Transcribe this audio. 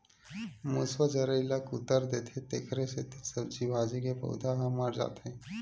मूसवा जरई ल कुतर देथे तेखरे सेती सब्जी भाजी के पउधा ह मर जाथे